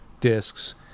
discs